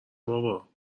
بابا